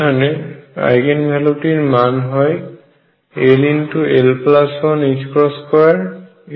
যেখানে আইগেন ভ্যালুটির মান হয় ll12